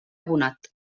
abonat